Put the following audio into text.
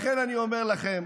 לכן אני אומר לכם,